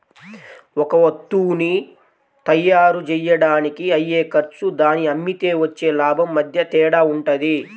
ఒక వత్తువుని తయ్యారుజెయ్యడానికి అయ్యే ఖర్చు దాన్ని అమ్మితే వచ్చే లాభం మధ్య తేడా వుంటది